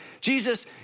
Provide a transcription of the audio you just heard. Jesus